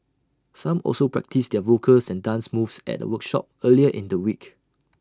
some also practised their vocals and dance moves at A workshop earlier in the week